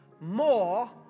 more